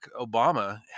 Obama